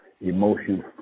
emotions